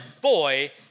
boy